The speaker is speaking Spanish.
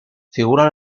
figuran